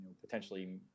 potentially